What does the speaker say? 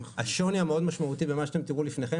השוני המאוד משמעותי במה שאתם תראו לפניכם,